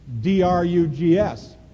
D-R-U-G-S